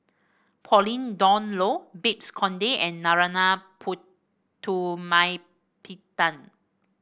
Pauline Dawn Loh Babes Conde and Narana Putumaippittan